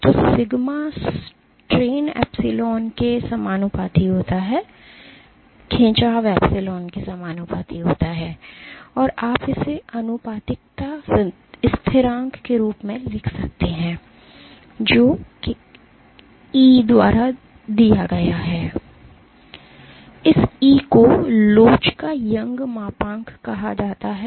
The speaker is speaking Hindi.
तो सिग्मा स्ट्रेन एप्सिलॉन के समानुपाती होता है और आप इसे आनुपातिकता स्थिरांक के रूप में लिख सकते हैं जो E द्वारा दिया गया है इस E को लोच का यंग मापांक कहा जाता है